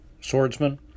swordsman